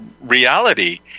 reality